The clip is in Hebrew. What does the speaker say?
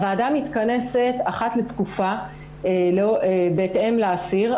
הוועדה מתכנסת אחת לתקופה בהתאם לאסיר,